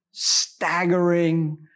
staggering